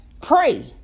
Pray